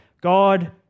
God